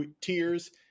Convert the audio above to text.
tiers